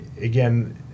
Again